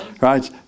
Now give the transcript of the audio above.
Right